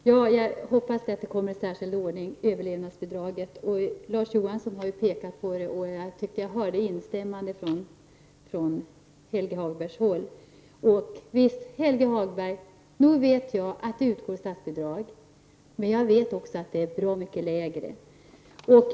Fru talman! Ja, jag hoppas att överlevnadsbidraget kommer i särskild ordning. Larz Johansson har ju pekat på det, och jag tyckte att jag hörde instämmande från Helge Hagbergs håll. Visst, Helge Hagberg, nog vet jag att det utgår statsbidrag till fristående skolor, men jag vet också att det är bra mycket lägre än till andra skolor.